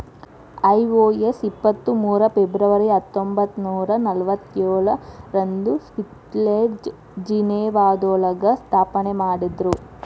IOS ಇಪ್ಪತ್ ಮೂರು February ಹತ್ತೊಂಬತ್ನೂರಾ ನಲ್ವತ್ತೇಳ ರಂದು ಸ್ವಿಟ್ಜರ್ಲೆಂಡ್ನ ಜಿನೇವಾದೊಳಗ ಸ್ಥಾಪನೆಮಾಡಿದ್ರು